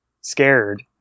scared